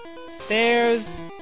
Stairs